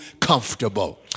comfortable